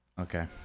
Okay